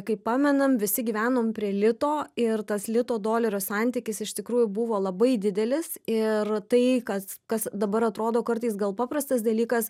kaip pamenam visi gyvenom prie lito ir tas lito dolerio santykis iš tikrųjų buvo labai didelis ir tai kas kas dabar atrodo kartais gal paprastas dalykas